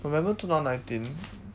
remember two thousand nineteen